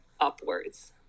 upwards